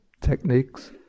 techniques